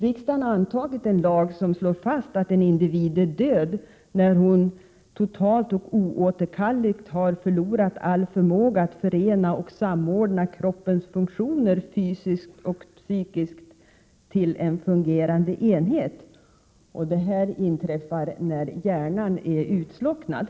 Riksdagen har antagit en lag som fastslår att en individ är död när hon totalt och oåterkalleligt har förlorat all förmåga att förena och samordna kroppens funktioner fysiskt och psykiskt till en fungerande enhet. Detta inträffar när hjärnan är utslocknad.